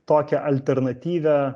tokią alternatyvią